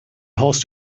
horse